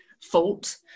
fault